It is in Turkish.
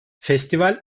festival